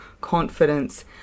confidence